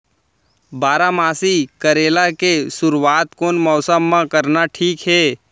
बारामासी करेला के शुरुवात कोन मौसम मा करना ठीक हे?